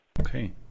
Okay